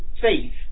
faith